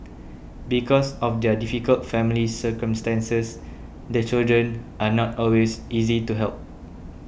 because of their difficult family circumstances the children are not always easy to help